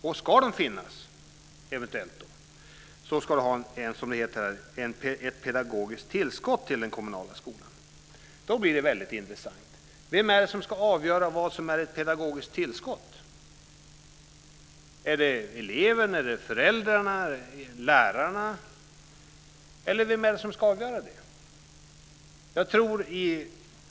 Om de eventuellt ska finnas ska de utgöra ett pedagogiskt tillskott, som det heter, till den kommunala skolan. Då blir det intressant. Vem är det som ska avgöra vad som är ett pedagogiskt tillskott? Är det eleven, föräldrarna eller lärarna?